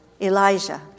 Elijah